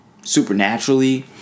Supernaturally